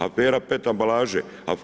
Afera pet ambalaže?